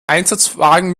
einsatzwagen